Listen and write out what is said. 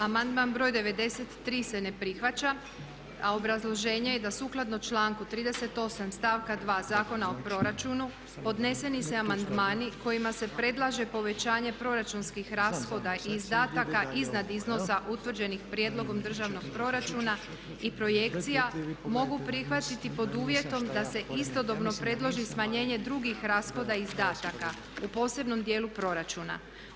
Amandman broj 93. se ne prihvaća, a obrazloženje je da sukladno članku 38. stavka 2. Zakona o proračunu podneseni se amandmani kojima se predlaže povećanje proračunskih rashoda i izdataka iznad iznosa utvrđenih prijedlogom državnog proračuna i projekcija mogu prihvatiti pod uvjetom da se istodobno predloži smanjenje drugih rashoda i izdataka u posebnom dijelu proračuna.